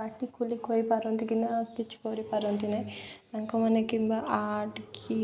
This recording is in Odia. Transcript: ପାଟି ଖୋଲି କହିପାରନ୍ତି କି ନା କିଛି କରିପାରନ୍ତି ନାହିଁ ତାଙ୍କମାନେ କିମ୍ବା ଆର୍ଟ କି